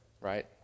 right